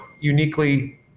uniquely